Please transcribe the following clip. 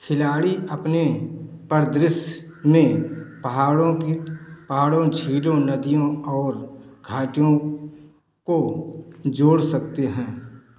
खिलाड़ी अपने परिदृश्य में पहाड़ों कि पहाड़ों झीलों नदियों और घाटियों को जोड़ सकते हैं